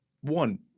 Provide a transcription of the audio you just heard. one